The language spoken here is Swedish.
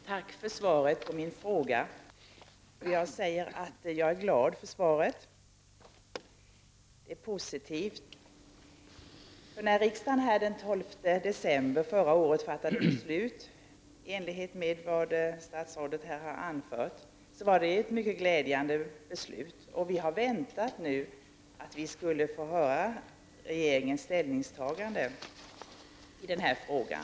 Herr talman! Tack för svaret på min fråga. Jag är glad för svaret. Det är positivt. Det beslut som riksdagen fattade den 12 december förra året, i enlighet med vad statsrådet här har anfört, var ett mycket glädjande beslut. Vi har nu väntat på att få höra om regeringens ställningstagande i denna fråga.